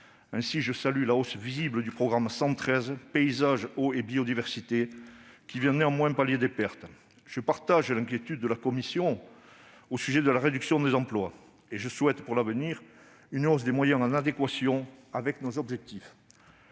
Ainsi, je salue la hausse visible du programme 113, « Paysages, eau et biodiversité », qui vient néanmoins pallier des pertes. Je partage l'inquiétude de la commission au sujet de la réduction des emplois. Je souhaite pour l'avenir une hausse des moyens en adéquation avec nos objectifs.